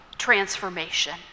transformation